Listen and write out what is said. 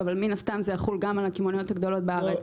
אבל מן הסתם זה יחול גם על הקמעונאיות הגדולות בארץ.